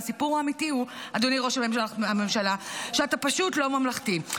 והסיפור האמיתי הוא שאתה פשוט לא ממלכתי,